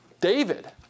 David